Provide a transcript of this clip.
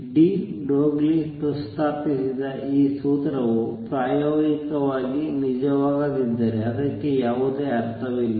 D Broglie ಪ್ರಸ್ತಾಪಿಸಿದ ಈ ಸೂತ್ರವು ಪ್ರಾಯೋಗಿಕವಾಗಿ ನಿಜವಾಗದಿದ್ದರೆ ಅದಕ್ಕೆ ಯಾವುದೇ ಅರ್ಥವಿಲ್ಲ